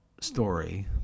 story